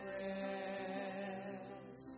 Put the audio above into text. rest